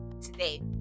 today